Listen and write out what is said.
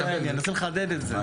אני רוצה לחדד את זה.